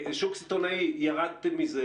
שוק סיטונאי, ירדתם ממנו.